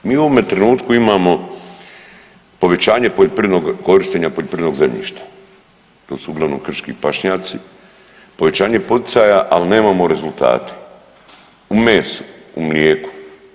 Mi u ovome trenutku imamo povećanje poljoprivrednog, korištenja poljoprivrednog zemljišta to su uglavnom krški pašnjaci, povećanje poticaja ali nemamo rezultate u mesu, u mlijeku.